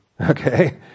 Okay